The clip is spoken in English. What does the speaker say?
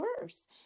worse